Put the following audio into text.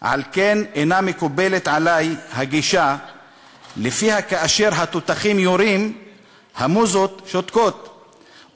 על כן אינה מקובלת עלי הגישה שלפיה כאשר התותחים יורים המוזות שותקות,